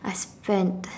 I spent